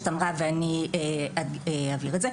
אגב,